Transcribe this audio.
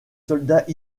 soldats